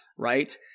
right